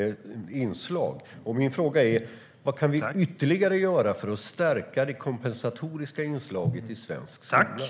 Min fråga är: Vad kan vi ytterligare göra för att stärka det kompensatoriska inslaget i svensk skola?